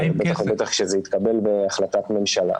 בטח ובטח כשזה התקבל בהחלטת ממשלה.